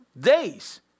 days